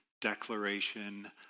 declaration